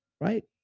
right